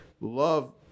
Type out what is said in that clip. love